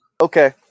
Okay